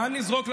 לאן נזרוק?